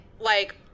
like-